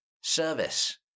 service